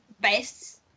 best